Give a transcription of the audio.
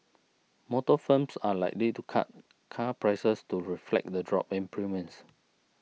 motor firms are likely to cut car prices to reflect the drop in premiums